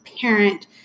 parent